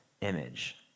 image